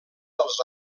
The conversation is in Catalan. els